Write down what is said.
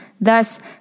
Thus